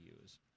use